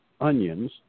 onions